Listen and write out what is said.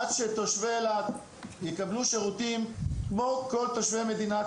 עד שתושבי אילת יקבלו שירותים כמו כל תושבי מדינת